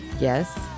Yes